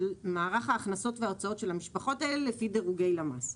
מערך ההכנסות וההוצאות של המשפחות האלה לפי דירוגי למ"ס.